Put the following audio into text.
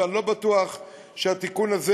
ואני לא בטוח שהתיקון הזה,